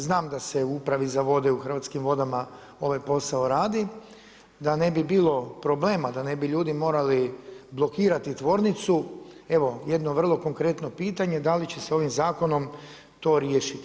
Znam da se u Upravi za vode u Hrvatskim vodama ovaj posao radi, da ne bi bilo problema, da ne bi ljudi morali blokirati tvornicu evo jedno vrlo konkretno pitanje, da li će ovim zakonom to riješiti?